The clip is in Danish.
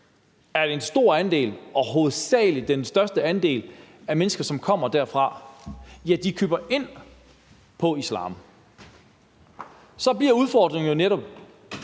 ved, at en stor andel og hovedsagelig den største andel af de mennesker, som kommer derfra, køber ind på islam, så bliver udfordringen jo netop,